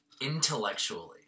intellectually